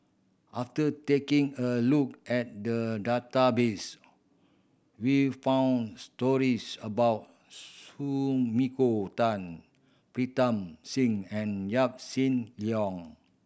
after taking a look at the database we found stories about Sumiko Tan Pritam Singh and Yaw Shin Leong